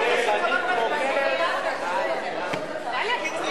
להסיר מסדר-היום את הצעת חוק הגנת הצרכן (תיקון,